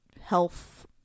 health